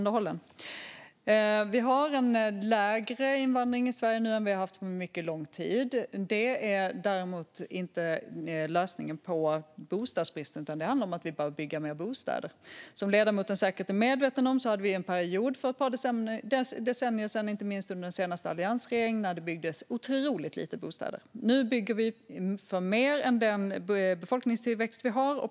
Det är nu en lägre invandring till Sverige än på mycket lång tid, men det är däremot inte lösningen på bostadsbristen, utan det handlar om att vi behöver bygga mer bostäder. Som ledamoten säkert är medveten om var det en period för ett par decennier sedan, inte minst under den senaste alliansregeringen, när det byggdes otroligt få bostäder. Nu bygger vi för mer än den nuvarande befolkningstillväxten.